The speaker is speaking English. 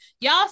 Y'all